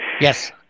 Yes